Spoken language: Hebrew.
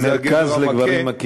וזה הגבר המכה,